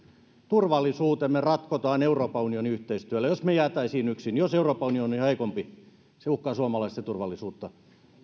turvallisuutemme ratkotaan euroopan unionin yhteistyöllä jos me jäisimme yksin jos euroopan unioni olisi heikompi se uhkaisi suomalaisten turvallisuutta